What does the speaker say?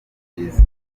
byiza